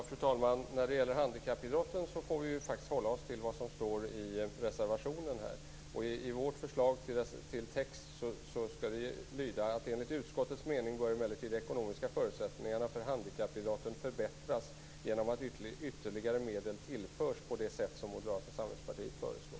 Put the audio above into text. Fru talman! När det gäller handikappidrotten får vi faktiskt hålla oss till vad som står i reservationen. Enligt vårt förslag till text skall det stå: "Enligt utskottets mening bör emellertid de ekonomiska förutsättningarna för handikappidrotten förbättras genom att ytterligare medel tillförs på det sätt som Moderata samlingspartiet föreslår."